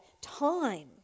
time